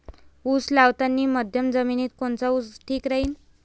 उस लावतानी मध्यम जमिनीत कोनचा ऊस ठीक राहीन?